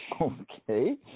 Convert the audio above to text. Okay